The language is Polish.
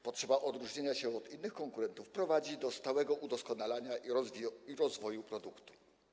Potrzeba odróżnienia się od innych konkurentów prowadzi do stałego udoskonalania i rozwoju produktu.